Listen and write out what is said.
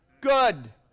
good